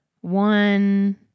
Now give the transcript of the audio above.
One